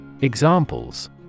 Examples